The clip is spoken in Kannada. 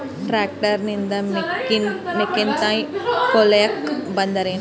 ಟ್ಟ್ರ್ಯಾಕ್ಟರ್ ನಿಂದ ಮೆಕ್ಕಿತೆನಿ ಕೊಯ್ಯಲಿಕ್ ಬರತದೆನ?